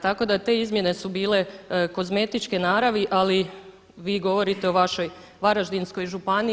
Tako da te izmjene su bile kozmetičke naravi, ali vi govorite o vašoj Varaždinskoj županiji.